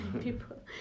people